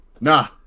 Nah